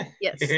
Yes